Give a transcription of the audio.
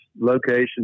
location